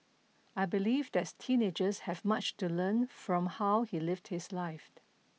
I believe that's teenagers have much to learn from how he lived his life